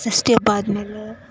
ಷಷ್ಠಿ ಹಬ್ಬ ಆದಮೇಲೆ